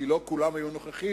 כי לא כולם היו נוכחים,